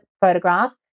photograph